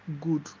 good